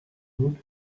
food